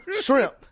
shrimp